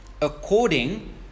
according